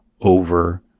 over